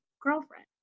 girlfriend